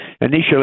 Initially